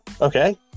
okay